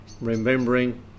remembering